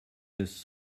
this